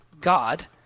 God